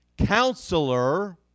Counselor